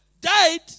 died